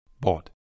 Bought